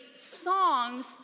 songs